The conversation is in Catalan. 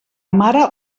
mare